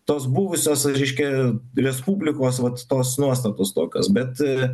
tos buvusios reiškia respublikos vat tos nuostatos tokios bet